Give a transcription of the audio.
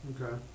Okay